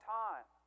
time